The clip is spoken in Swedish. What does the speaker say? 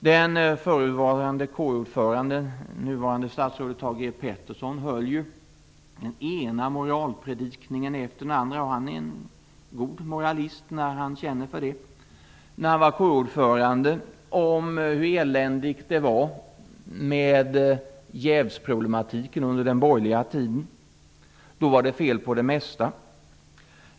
Den förutvarande KU ordföranden, nuvarande statsrådet Thage G Peterson, höll ju när han var KU-ordförande den ena moralpredikningen efter den andra - och han är en god moralist när han känner för det - om hur eländigt det var med jävsproblematiken under den borgerliga tiden. Då var det fel på det mesta.